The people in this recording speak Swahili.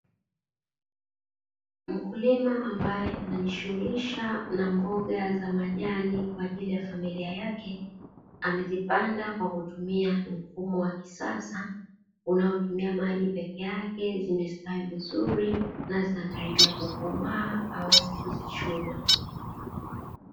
Mkulima ambae anajishughulisha na mboga za majani kwa ajili ya familia yake, amezipanda kwa kutumia mfumo wa kisasa, unaotumia maji peke yake, zimestawi vizuri, na zinakaribia kukomaa aweze kuzichuma.